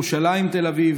קו מירושלים לתל אביב,